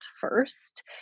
first